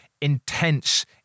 intense